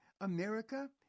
America